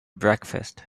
breakfast